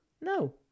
no